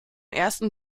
ersten